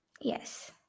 Yes